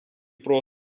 про